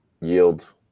yield